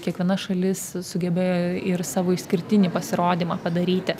kiekviena šalis sugebėjo ir savo išskirtinį pasirodymą padaryti